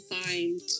find